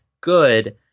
good